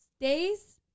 Days